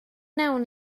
wnawn